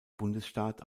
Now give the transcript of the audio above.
bundesstaat